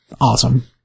Awesome